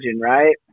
right